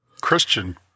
Christian